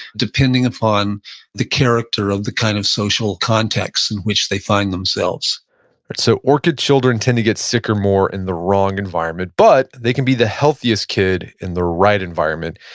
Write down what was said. depending upon the character or the kind of social context in which they find themselves so orchid children tend to get sicker more in the wrong environment, but they can be the healthiest kid in the right environment.